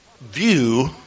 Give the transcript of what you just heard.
view